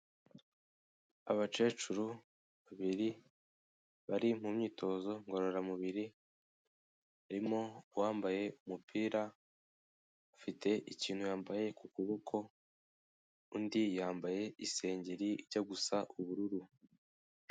Abakecuru babiri bari mu myitozo ngororamubiri harimo uwambaye umupira afite ikintu yambaye ku kuboko undi yambaye isengeri ijya gusa ubururu.